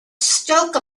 stroke